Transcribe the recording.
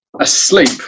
asleep